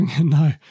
No